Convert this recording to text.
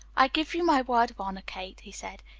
i give you my word of honour, kate, he said.